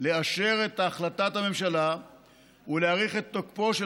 לאשר את החלטת הממשלה ולהאריך את תוקפו של